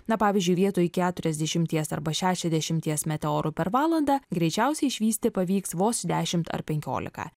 na pavyzdžiui vietoj keturiasdešimties arba šešiasdešimties meteorų per valandą greičiausiai išvysti pavyks vos dešimt ar penkiolika